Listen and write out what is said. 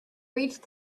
reached